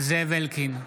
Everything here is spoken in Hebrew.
זאב אלקין,